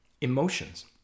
emotions